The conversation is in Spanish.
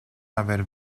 haber